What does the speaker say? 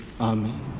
amen